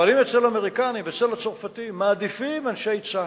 אבל אם אצל האמריקנים ואצל הצרפתים מעדיפים אנשי צבא,